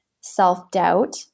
self-doubt